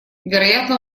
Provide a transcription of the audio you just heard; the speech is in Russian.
вероятно